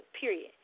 Period